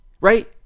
right